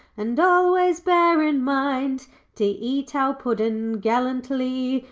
and always bear in mind to eat our puddin' gallantly,